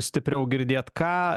stipriau girdėt ką